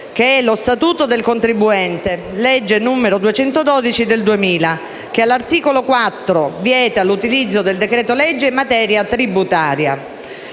che è lo statuto dei diritti del contribuente, legge n. 212 del 2000, che all'articolo 4 vieta l'utilizzo del decreto-legge in materia tributaria.